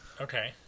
Okay